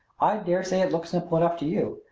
i dare say it looked simple enough to you,